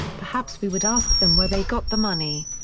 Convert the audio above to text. perhaps we would ask them where they got the money.